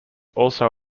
also